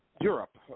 Europe